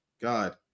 God